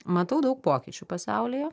matau daug pokyčių pasaulyje